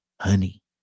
Honey